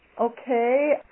Okay